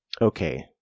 Okay